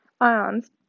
ions